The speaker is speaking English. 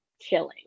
chilling